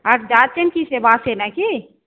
আর যাচ্ছেন কিসে বাসে নাকি